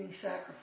sacrifice